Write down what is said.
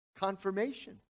Confirmation